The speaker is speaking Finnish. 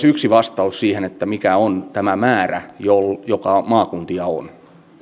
yksi vastaus siihen mikä on tämä määrä joka maakuntia on